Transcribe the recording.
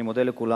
אני מודה לכולם.